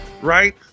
right